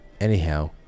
Anyhow